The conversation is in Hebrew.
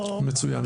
מצוין.